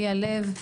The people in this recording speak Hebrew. ליה לב,